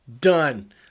Done